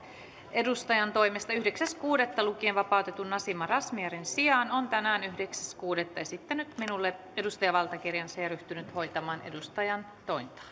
edustajantoimesta yhdeksäs kuudetta kaksituhattaseitsemäntoista lukien vapautetun nasima razmyarin sijaan on tänään yhdeksäs kuudetta kaksituhattaseitsemäntoista esittänyt minulle edustajavaltakirjansa ja ryhtynyt hoitamaan edustajantointaan